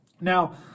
Now